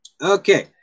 okay